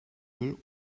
müll